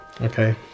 okay